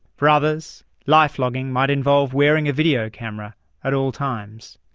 for others lifelogging might involve wearing a video camera at all times.